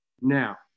Now